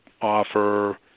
offer